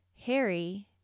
Harry